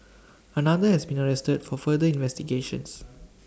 another has been arrested for further investigations